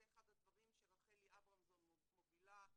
זה אחד הדברים שרחלי אברמזון מובילה,